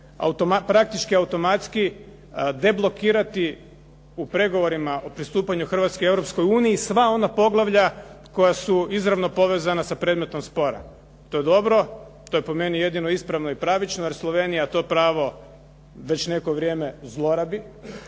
praktički automatski deblokirati u pregovorima o pristupanju Hrvatske Europskoj uniji sva ona poglavlja koja su izravno povezana sa predmetom spora. To je dobro. To je po meni jedino ispravno i pravično, jer Slovenija to pravo već neko vrijeme zlorabi